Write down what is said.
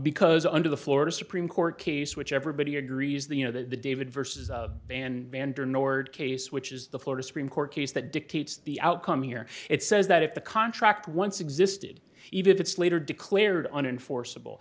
because under the florida supreme court case which everybody agrees that you know that the david versus van vander nord case which is the florida supreme court case that dictates the outcome here it says that if the contract once existed even if it's later declared unenforceable